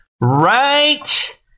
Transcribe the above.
Right